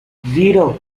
zero